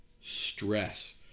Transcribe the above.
stress